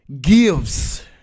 gives